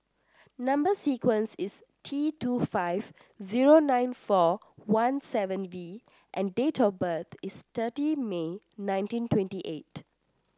number sequence is T two five zero nine four one seven V and date of birth is thirty May nineteen twenty eight